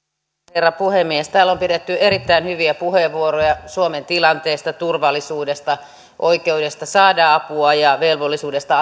herra puhemies täällä on pidetty erittäin hyviä puheenvuoroja suomen tilanteesta turvallisuudesta oikeudesta saada apua ja velvollisuudesta